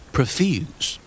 Profuse